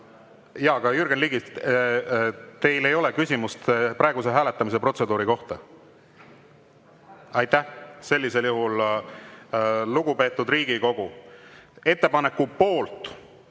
Jaa, aga, Jürgen Ligi, teil ei ole küsimust praeguse hääletamise protseduuri kohta. Aitäh! Sellisel juhul, lugupeetud Riigikogu, ettepaneku poolt